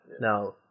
now